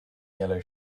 yellow